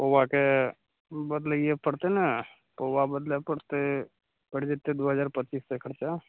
पौआके बदलैए पड़तै ने पौआ बदलै पड़तै पड़ि जएतै दुइ हजार पचीस सओ खरचा